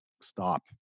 stop